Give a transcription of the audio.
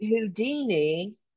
Houdini